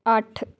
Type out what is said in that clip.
ਅੱਠ